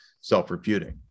self-reputing